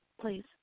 Please